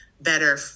better